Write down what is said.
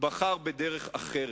בחר בדרך אחרת.